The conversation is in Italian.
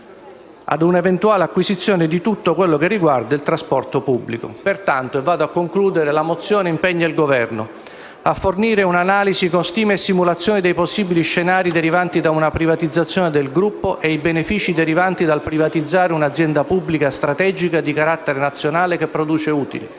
ad un'eventuale acquisizione di tutto quello che riguarda il trasporto pubblico, impegna il Governo: 1) a fornire un'analisi, con stime e simulazioni, dei possibili scenari derivanti da una privatizzazione del gruppo ed i benefici derivanti dal privatizzare un'azienda pubblica, strategica di carattere nazionale che produce utili;